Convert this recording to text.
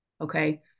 okay